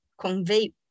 convey